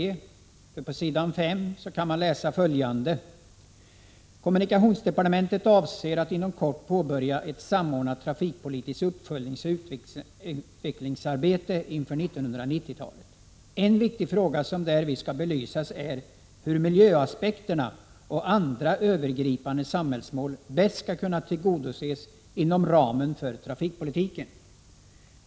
På s. 5 och 6 i utskottsbetänkandet står det att man ”inom kommunikationsdepartementet avser att inom kort påbörja ett samordnat trafikpolitiskt uppföljningsoch utvecklingsarbete inför 1990 talet. En viktig frågeställning som därvid skall belysas är hur miljöaspekterna och andra övergripande samhällsmål bäst skall kunna tillgodoses inom ramen för trafikpolitiken.